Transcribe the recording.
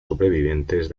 sobrevivientes